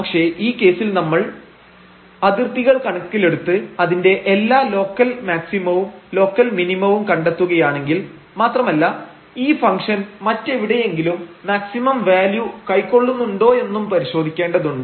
പക്ഷേ ഈ കേസിൽ നമ്മൾ അതിർത്തികൾ കണക്കിലെടുത്ത് അതിന്റെ എല്ലാ ലോക്കൽ മാക്സിമവും ലോക്കൽ മിനിമവും കണ്ടെത്തുകയാണെങ്കിൽ മാത്രമല്ല ഈ ഫംഗ്ഷൻ മറ്റെവിടെയെങ്കിലും മാക്സിമം വാല്യൂ കൈക്കൊള്ളുന്നുണ്ടോയെന്നും പരിശോധിക്കേണ്ടതുണ്ട്